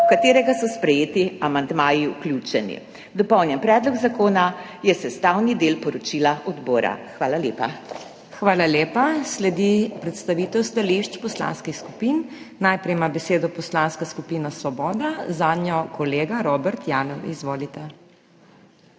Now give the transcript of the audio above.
v katerega so sprejeti amandmaji vključeni. Dopolnjen predlog zakona je sestavni del poročila odbora. Hvala lepa. PODPREDSEDNICA MAG. MEIRA HOT: Hvala lepa. Sledi predstavitev stališč poslanskih skupin. Najprej ima besedo Poslanska skupina Svoboda, zanjo kolega Robert Janev. Izvolite.